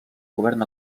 govern